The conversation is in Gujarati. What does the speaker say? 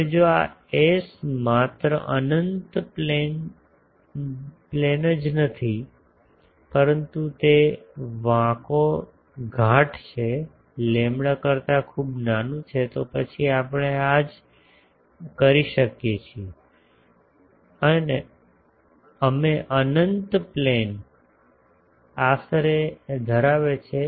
હવે જો આ એસ માત્ર અનંત પ્લેન જ નથી પરંતુ તે વાંકો ઘાટ લેમ્બડા કરતા ખૂબ નાનું છે તો પછી આપણે આ જ કરી શકીએ છીએ અમે અનંત પ્લેન આશરે ધરાવે છે